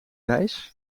reis